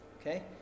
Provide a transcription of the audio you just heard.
Okay